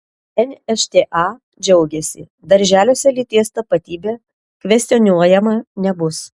nšta džiaugiasi darželiuose lyties tapatybė kvestionuojama nebus